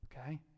Okay